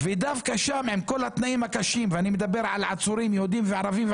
דווקא שם עם כל התנאים הקשים - ואני מדבר על עצורים יהודים וערבים,